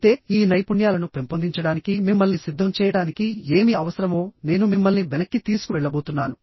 అయితే ఈ నైపుణ్యాలను పెంపొందించడానికి మిమ్మల్ని సిద్ధం చేయడానికి ఏమి అవసరమో నేను మిమ్మల్ని వెనక్కి తీసుకువెళ్లబోతున్నాను